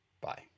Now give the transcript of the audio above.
Bye